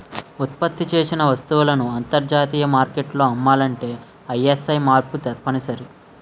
ఉత్పత్తి చేసిన వస్తువులను అంతర్జాతీయ మార్కెట్లో అమ్మాలంటే ఐఎస్ఐ మార్కు తప్పనిసరి